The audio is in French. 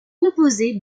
composé